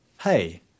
Hey